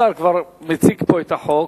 השר כבר מציג פה את החוק.